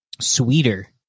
sweeter